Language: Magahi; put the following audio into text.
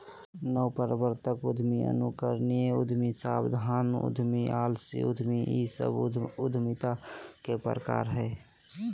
नवप्रवर्तक उद्यमी, अनुकरणीय उद्यमी, सावधान उद्यमी, आलसी उद्यमी इ सब उद्यमिता के प्रकार हइ